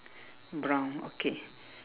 brown okay